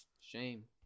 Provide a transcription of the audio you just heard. Shame